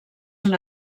una